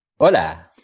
Hola